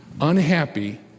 unhappy